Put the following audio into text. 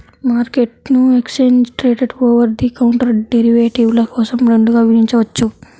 మార్కెట్ను exchange traded, over the counter డెరివేటివ్ల కోసం రెండుగా విభజించవచ్చు